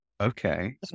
okay